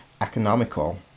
economical